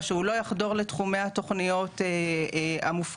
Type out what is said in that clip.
שהוא לא יחדור לתחומי התוכניות המופקדות,